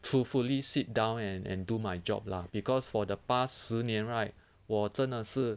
truthfully sit down and and do my job lah because for the past 十年 right 我真的是